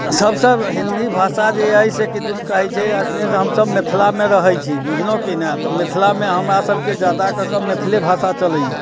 सबसँ हिन्दी भाषा जे अइ से किदुन कहैत छै अपने हमसब मिथलामे रहैत छी बुझलहुँ कि ने मिथलामे हमरा सबके जादा कऽ कऽ मैथिले भाषा चलैया